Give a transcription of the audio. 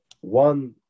one